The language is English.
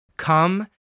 Come